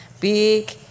big